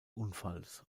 unfalls